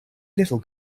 little